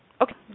okay